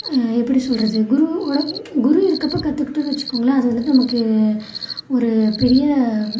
எப்படி சொல்லுறது குருவோட குரு இருக்கப்போ கற்றுக்கிட்டோன்னு வச்சிக்கோங்களேன் அது வந்துவிட்டு நமக்கு ஒரு பெரிய